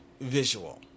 visual